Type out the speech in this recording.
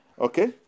Okay